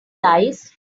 lies